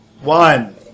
One